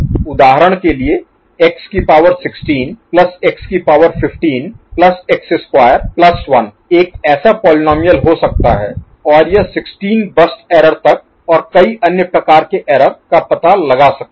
उदाहरण के लिए x की पॉवर 16 प्लस x की power 15 plus x square plus 1 एक ऐसा पोलीनोमिअल हो सकता है और यह 16 बर्स्ट एरर तक और कई अन्य प्रकार के एरर Error त्रुटि का पता लगा सकता है